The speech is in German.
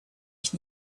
ich